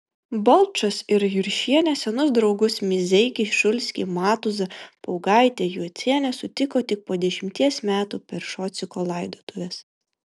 balčas ir juršienė senus draugus mizeikį šulskį matuzą paugaitę jucienę sutiko tik po dešimties metų per šociko laidotuves